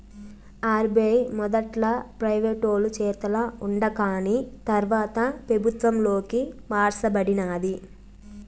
RBI మొదట్ల ప్రైవేటోలు చేతల ఉండాకాని తర్వాత పెబుత్వంలోకి మార్స బడినాది